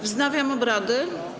Wznawiam obrady.